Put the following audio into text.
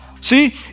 See